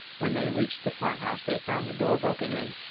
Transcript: when they reached the farmhouse they found the door broken in,